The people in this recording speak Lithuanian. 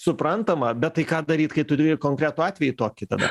suprantama bet tai ką daryt kai turi konkretų atvejį tokį tada